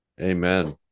amen